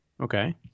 okay